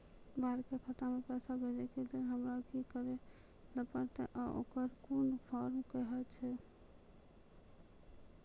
बाहर के खाता मे पैसा भेजै के लेल हमरा की करै ला परतै आ ओकरा कुन फॉर्म कहैय छै?